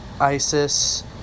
ISIS